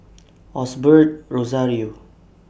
Osbert Rozario